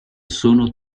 sono